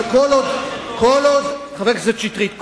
חבר הכנסת שטרית,